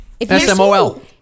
S-M-O-L